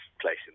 place